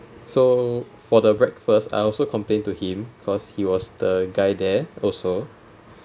so for the breakfast I also complained to him because he was the guy there also